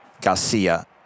Garcia